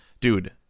Dude